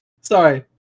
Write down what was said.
sorry